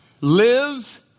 Lives